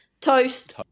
Toast